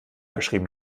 geschrieben